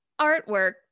artwork